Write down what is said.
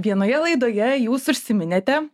vienoje laidoje jūs užsiminėte